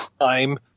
time